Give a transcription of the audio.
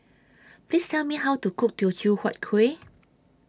Please Tell Me How to Cook Teochew Huat Kuih